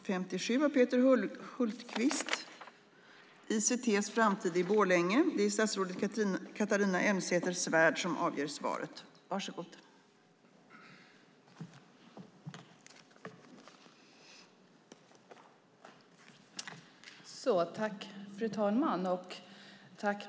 Fru talman!